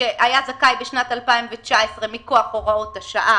שהיה זכאי בשנת 2019 מכוח הוראות השעה,